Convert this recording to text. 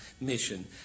mission